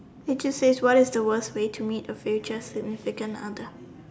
it just says what is the worst way to meet your future significant other